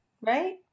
right